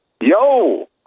yo